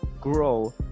grow